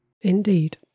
indeed